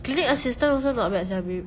clinic assistant also not bad sia babe